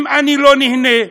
אם אני לא נהנה?